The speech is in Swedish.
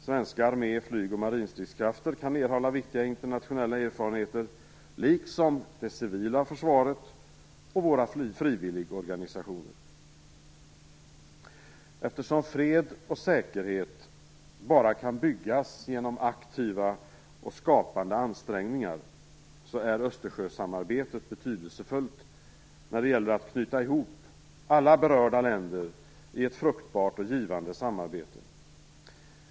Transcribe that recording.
Svenska armé-, flyg och marinstridskrafter kan erhålla viktiga internationella erfarenheter liksom det civila försvaret och våra frivilligorganisationer. Eftersom fred och säkerhet bara kan byggas genom aktiva och skapande ansträngningar är Östersjösamarbetet betydelsefullt när det gäller att knyta ihop alla berörda länder i ett fruktbart och givande samarbete.